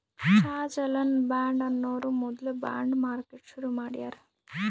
George Alan Bond ಅನ್ನೋರು ಮೊದ್ಲ bond market ಶುರು ಮಾಡ್ಯಾರ್